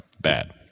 Bad